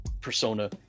persona